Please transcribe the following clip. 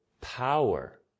power